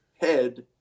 head